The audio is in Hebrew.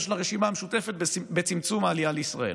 של הרשימה המשותפת בצמצום העלייה לישראל.